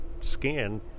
scan